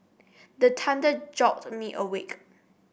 the thunder jolt me awake